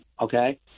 okay